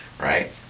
right